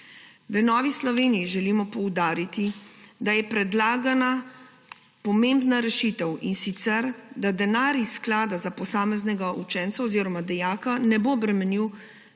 V Novi Sloveniji želimo poudariti, da je predlagana pomembna rešitev, in sicer da denar iz sklada za posameznega učenca oziroma dijaka ne bo bremenil